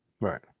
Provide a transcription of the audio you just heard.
Right